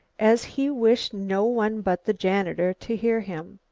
as he wished no one but the janitor to hear him.